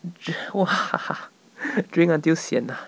!wah! drink until sian lah